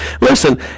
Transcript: Listen